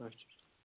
اَچھا